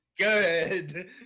Good